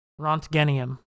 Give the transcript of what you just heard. Rontgenium